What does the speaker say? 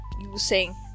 using